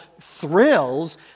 thrills